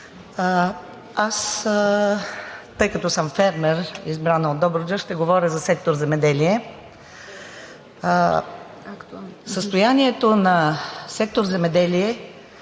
Аз, тъй като съм фермер, избрана от Добруджа, ще говоря за сектор „Земеделие“. Състоянието на сектор „Земеделие“